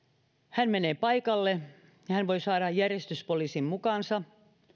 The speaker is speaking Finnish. hän menee paikalle ja hän voi saada järjestyspoliisin mukaansa